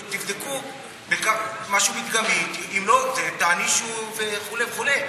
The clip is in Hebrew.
תבדקו משהו מדגמי, ואם לא, תענישו וכו' וכו'.